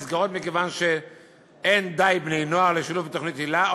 זה מכיוון שאין די בני-נוער לשילוב בתוכנית היל"ה,